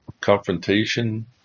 confrontation